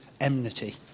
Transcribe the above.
enmity